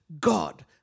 God